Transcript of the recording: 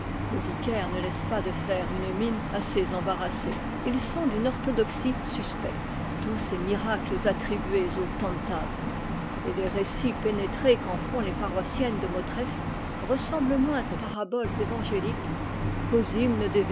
le vicaire ne laisse pas de faire une mine assez embarrassée ils sont d'une orthodoxie suspecte tous ces miracles attribués au tantad et les récits pénétrés qu'en font les paroissiennes de motreff ressemblent moins aux paraboles évangéliques